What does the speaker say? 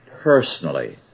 personally